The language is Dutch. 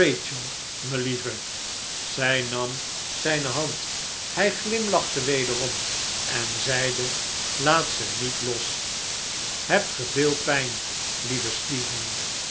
rachel melieve zij nam zijne hand hij glimlachte wederom en zeide laat ze niet los hebt ge veel pijn lieve stephen